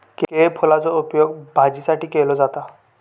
केळफुलाचो उपयोग भाजीसाठी केलो जाता